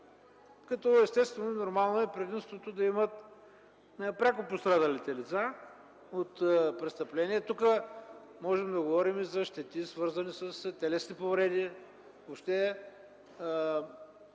като естествено и нормално е предимство да имат пряко пострадалите лица от престъпление. Тук можем да говорим за щети, свързани с телесни повреди, въобще